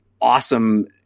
awesome